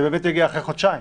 זה באמת יגיע אחרי חודשיים.